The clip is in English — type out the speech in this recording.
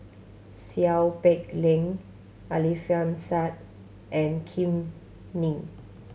Seow Peck Leng Alfian Sa'at and Kam Ning